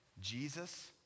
Jesus